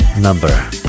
number